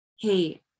hey